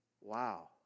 Wow